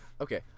Okay